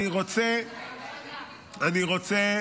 אני רוצה